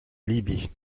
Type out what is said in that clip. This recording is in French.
libye